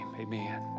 amen